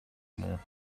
more